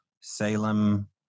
Salem